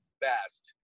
best